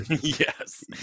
yes